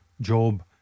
job